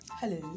Hello